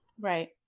Right